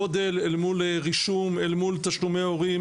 גודל אל מול רישום אל מול תשלומי הורים